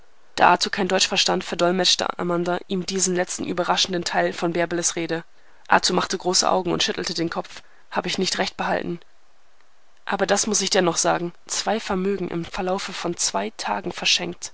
arthur kein deutsch verstand verdolmetschte amanda ihm diesen letzten überraschenden teil von bärbeles rede arthur machte große augen und schüttelte den kopf hab ich nicht recht behalten aber das muß ich denn doch sagen zwei vermögen im verlaufe von zwei tagen verschenkt